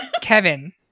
Kevin